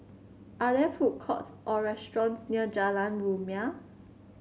are there food courts or restaurants near Jalan Rumia